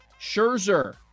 Scherzer